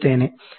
0